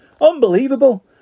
Unbelievable